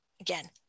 again